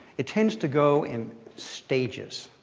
it tends to go in stages.